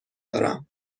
دارم